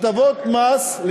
הטבות מס,